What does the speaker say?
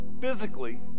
physically